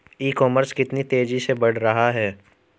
ई commerce कितनी तेजी से बढ़ रहा है?